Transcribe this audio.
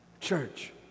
church